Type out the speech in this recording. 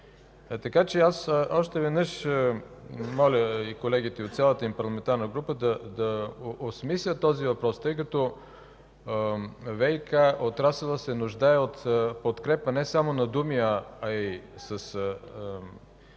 сектор. Аз още веднъж моля колегите от цялата парламентарна група да осмислят този въпрос, тъй като ВиК отрасълът се нуждае от подкрепа не само на думи, а и с